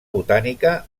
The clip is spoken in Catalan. botànica